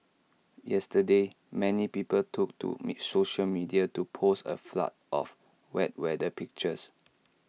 yesterday many people took to social media to post A flood of wet weather pictures